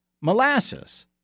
molasses